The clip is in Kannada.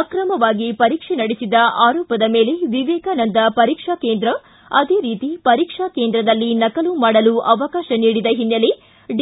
ಅಕ್ರಮವಾಗಿ ಪರೀಕ್ಷೆ ನಡೆಸಿದ ಆರೋಪದ ಮೇಲೆ ವಿವೇಕಾನಂದ ಪರೀಕ್ಷಾ ಕೇಂದ್ರ ಅದೇ ರೀತಿ ಪರೀಕ್ಷಾ ಕೇಂದ್ರದಲ್ಲಿ ನಕಲು ಮಾಡಲು ಅವಕಾಶ ನೀಡಿದ ಹಿನ್ನೆಲೆ ಡಿ